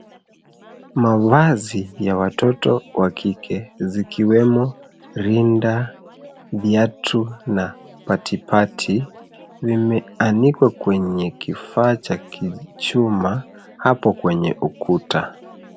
Mavazi ya watoto wa kike zikiwemo rinda, viatu na patipati limeanikwa kwenye kifaa cha kichuma hapo kwenye ukuta.